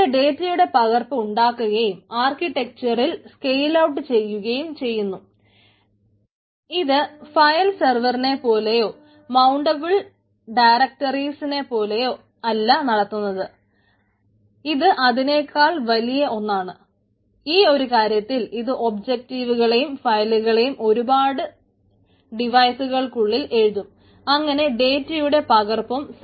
ഇവിടെ ഡേറ്റയുടെ പകർപ്പ് ഉണ്ടാക്കുകയും ആർക്കിടെക്ചറിൽ സ്കെയിൽഔട്ട് ഉണ്ടാക്കും